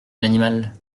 l’animal